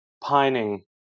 pining